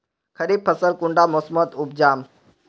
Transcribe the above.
खरीफ फसल कुंडा मोसमोत उपजाम?